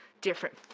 different